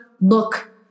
look